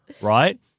right